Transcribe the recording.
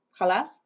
halas